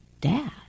dad